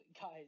guys